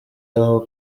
aho